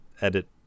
edit